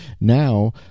now